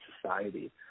society